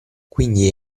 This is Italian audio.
quindi